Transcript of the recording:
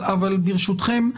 ברשותכם,